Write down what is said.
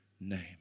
name